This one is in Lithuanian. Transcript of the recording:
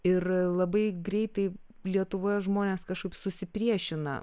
ir labai greitai lietuvoje žmonės kažkaip susipriešina